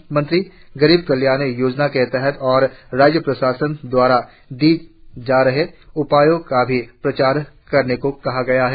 प्रधानमंत्री गरीब कल्याण योजनाके तहत और राज्य प्रशासन द्वारा किए जा रहे उपायों का भी प्रचार करने को कहा गया है